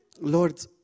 Lord